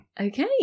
okay